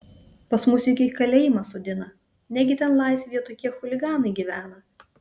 pas mus juk į kalėjimą sodina negi ten laisvėje tokie chuliganai gyvena